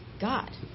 God